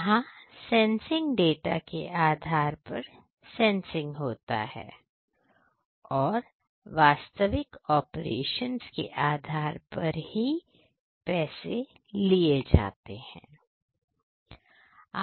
यहां sensing data के आधार पर सेंसिंग होता है और वास्तविक ऑपरेशंस के आधार पर ही पैसे ले लिए जाते हैं